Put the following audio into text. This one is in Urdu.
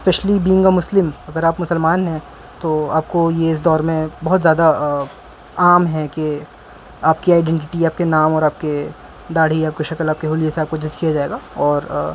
اسپیشلی بینگ اے مسلم اگر آپ مسلمان ہیں تو آپ کو یہ اس دور میں بہت زیادہ عام ہیں کہ آپ کی آئیڈینٹیٹی آپ کے نام اور آپ کے داڑھی آپ کے شکل آپ کے حلیے سے آپ کو جج کیا جائے گا اور